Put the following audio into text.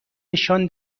نشان